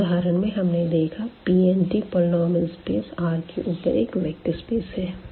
इस उदाहरण में हमने देखा Pnt पॉलिनॉमियल्स स्पेस R के ऊपर एक वेक्टर स्पेस है